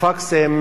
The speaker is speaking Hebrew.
אתמול הפקסים